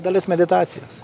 dalis meditacijos